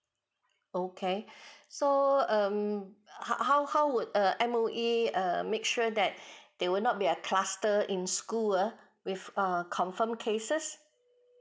okay so um how how how would err M_O_E uh make sure that they will not be a cluster in school err with ah confirm cases